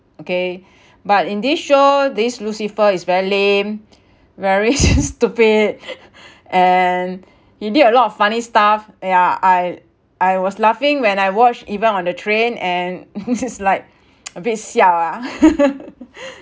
okay but in this show this lucifer is very lame very stupid and he did a lot of funny stuff yeah I I was laughing when I watch even on the train and it's like a bit siao ah